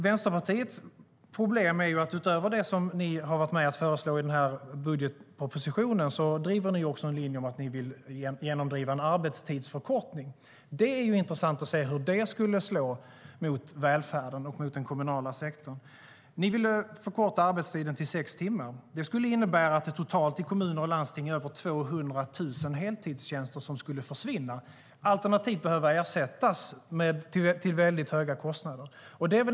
Vänsterpartiets problem är att utöver det som ni har varit med om att föreslå i den här budgetpropositionen driver ni också en linje om att genomdriva en arbetstidsförkortning. Det är intressant att se hur det skulle slå mot välfärden och mot den kommunala sektorn. Ni vill förkorta arbetstiden till sex timmar per dag. Det skulle innebära att det totalt i kommuner och landsting är över 200 000 heltidstjänster som skulle försvinna alternativt behöva ersättas till väldigt höga kostnader.